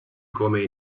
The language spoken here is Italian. come